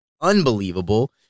unbelievable